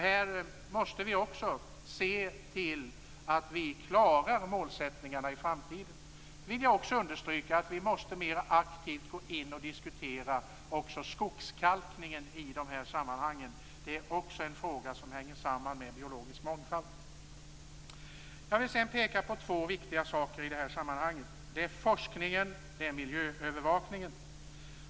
Här måste vi också se till att vi klarar målsättningarna i framtiden. Vi vill också understryka att vi mer aktivt måste diskutera skogskalkningen i de här sammanhangen. Det är också en fråga som hänger samman med biologisk mångfald. Jag vill sedan peka på två viktiga saker i det här sammanhanget. Det är forskningen och det är miljöövervakningen.